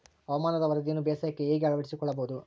ಹವಾಮಾನದ ವರದಿಯನ್ನು ಬೇಸಾಯಕ್ಕೆ ಹೇಗೆ ಅಳವಡಿಸಿಕೊಳ್ಳಬಹುದು?